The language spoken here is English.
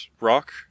Rock